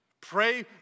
Pray